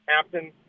captain